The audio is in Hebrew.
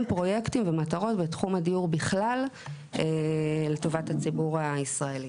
פרויקטים ומטרות בתחום הדיור בכלל לטובת הציבור הישראלי.